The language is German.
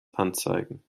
anzeigen